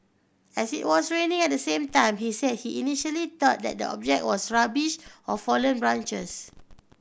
as it was raining at the same time he said he initially thought that the object was rubbish or fallen branches